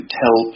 tell